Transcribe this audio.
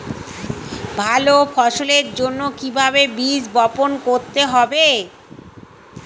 ভালো ফসলের জন্য কিভাবে বীজ বপন করতে হবে?